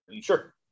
Sure